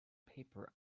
paper